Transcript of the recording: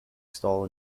stall